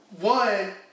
One